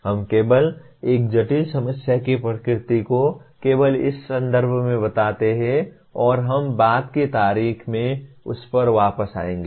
हम केवल एक जटिल समस्या की प्रकृति को केवल इस संदर्भ में बताते हैं और हम बाद की तारीख में उस पर वापस आएंगे